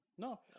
No